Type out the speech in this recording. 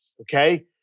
okay